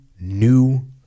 new